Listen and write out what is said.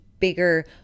Bigger